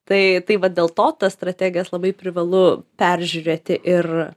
tai tai va dėl to tas strategijas labai privalu peržiūrėti ir